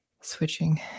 Switching